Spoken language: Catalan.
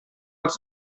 als